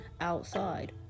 outside